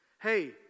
Hey